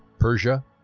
persia,